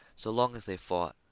so long as they fought,